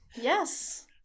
Yes